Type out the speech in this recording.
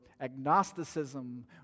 agnosticism